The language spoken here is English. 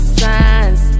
signs